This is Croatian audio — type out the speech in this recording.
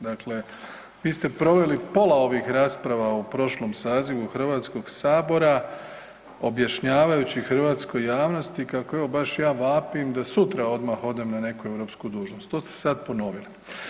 Dakle, vi ste proveli pola ovih rasprava u prošlom sazivu HS objašnjavajući hrvatskoj javnosti kako evo baš ja vapim da sutra odmah odem na neku europsku dužnost, to ste sad ponovili.